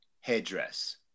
headdress